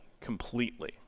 completely